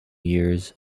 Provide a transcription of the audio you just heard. years